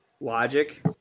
Logic